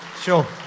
Sure